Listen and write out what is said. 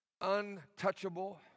untouchable